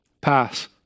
pass